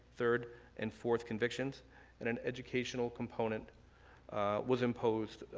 third and fourth convictions and an educational component was imposed